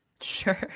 Sure